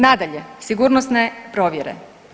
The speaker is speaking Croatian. Nadalje, sigurnosne provjere.